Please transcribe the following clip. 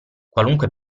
qualunque